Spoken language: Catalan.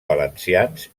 valencians